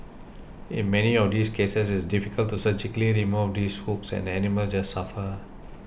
in many of these cases it's difficult to surgically remove these hooks and the animals just suffer